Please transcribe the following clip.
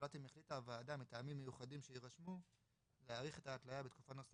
שצריכה להיעשות היא לגבי הניסוח של הסעיף